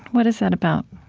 what is that about?